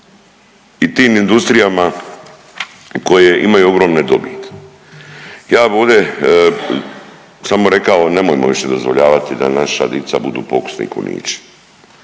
i tim industrijama koje imaju ogromne dobiti. Ja bi ode samo rekao, nemojmo više dozvoljavati da naša dica budu pokusni kunići.